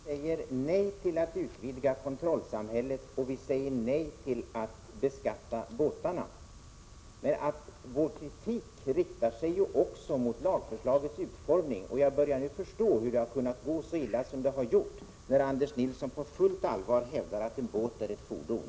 Herr talman! Vi säger nej till att utvidga kontrollsamhället, och vi säger nej till att beskatta båtarna. Men vår kritik riktar sig också mot lagförslagets utformning. Jag börjar nu förstå hur det har kunnat gå så illa som det har gjort, när Anders Nilsson på fullt allvar hävdar att en båt är ett fordon.